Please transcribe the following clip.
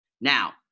Now